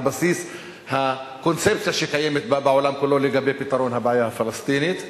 בסיס הקונספציה שקיימת בעולם כולו לגבי פתרון הבעיה הפלסטינית.